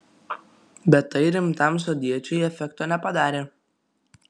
bet tai rimtam sodiečiui efekto nepadarė